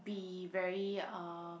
be very uh